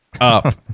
up